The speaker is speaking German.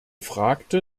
fragte